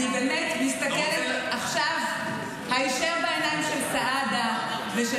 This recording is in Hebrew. אני מסתכלת עכשיו הישר בעיניים של סעדה ושל